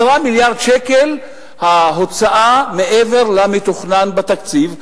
10 מיליארד שקל ההוצאה מעבר למתוכנן בתקציב.